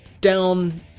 down